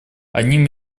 одним